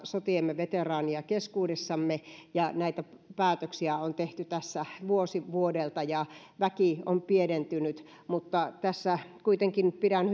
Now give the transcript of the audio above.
sotiemme veteraania keskuudessamme ja näitä päätöksiä on tehty tässä vuosi vuodelta ja väki on pienentynyt mutta kuitenkin pidän